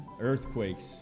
earthquakes